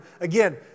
Again